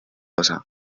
osa